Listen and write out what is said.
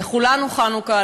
לכולנו חנוכה,